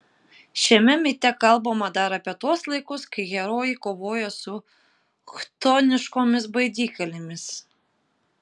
šiame mite kalbama dar apie tuos laikus kai herojai kovojo su chtoniškomis baidyklėmis